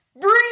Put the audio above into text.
breathe